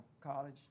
college